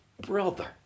brother